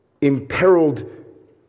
imperiled